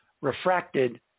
refracted